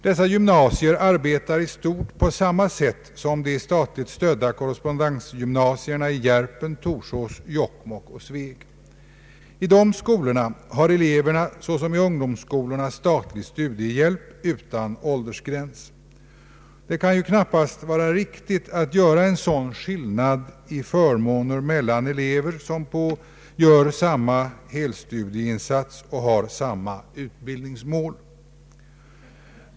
De här gymnasierna arbetar i stort sett på samma sätt som de statligt stödda korrespondensgymnasierna i Järpen, Torsås, Jokkmokk och Sveg. I dessa skolor har eleverna såsom i ungdomsskolorna statlig studiehjälp utan åldersgräns. Det kan knappast vara riktigt att ha en sådan skillnad i förmåner mellan elever som gör samma helstudieinsats och har samma utbildningsmål.